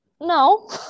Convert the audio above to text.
no